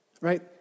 right